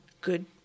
good